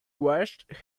washed